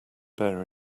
bear